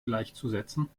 gleichzusetzen